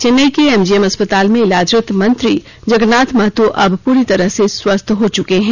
चेन्नई के एमजीएम अस्पताल में इलाजरत मंत्री जगरनाथ महतो अब पूरी तरह से स्वस्थ हो चुके है